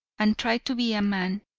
and try to be a man.